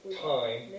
time